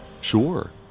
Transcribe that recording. Sure